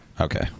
Okay